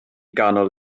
ganol